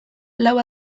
lau